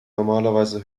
normalerweise